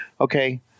Okay